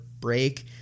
break